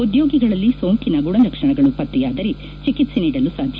ಉದ್ಯೊಗಿಗಳಲ್ಲಿ ಸೋಂಕಿನ ಗುಣ ಲಕ್ಷಣಗಳು ಪತ್ತೆಯಾದರೆ ಚಿಕಿತ್ಪೆ ನೀಡಲು ಸಾಧ್ಯ